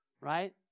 Right